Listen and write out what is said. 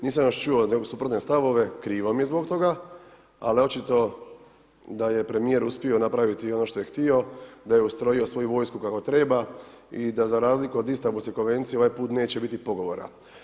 Nisam još čuo, suprotne stavove, krivo mi je zbog toga, ali očito da je premjer uspio napraviti ono što je htio, da je ustrojio svoju vojsku kako treba i da razliku od Istanbulske konvencije, ovaj put neće biti pogovora.